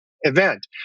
event